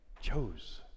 chose